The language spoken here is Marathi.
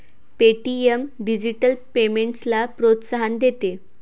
पे.टी.एम डिजिटल पेमेंट्सला प्रोत्साहन देते